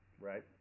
Right